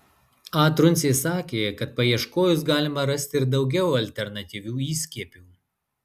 a truncė sakė kad paieškojus galima rasti ir daugiau alternatyvių įskiepių